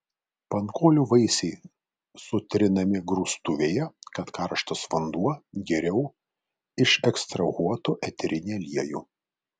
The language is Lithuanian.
pankolių vaisiai sutrinami grūstuvėje kad karštas vanduo geriau išekstrahuotų eterinį aliejų